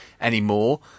anymore